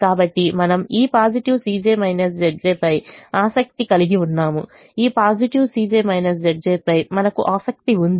కాబట్టి మనము ఈ పాజిటివ్ పై ఆసక్తి కలిగి ఉన్నాము ఈ పాజిటివ్ పై మనకు ఆసక్తి ఉంది